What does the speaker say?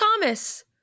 Thomas